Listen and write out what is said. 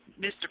Mr